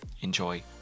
Enjoy